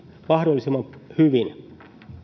mahdollisimman hyvin